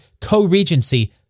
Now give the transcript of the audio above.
co-regency